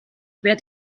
wärt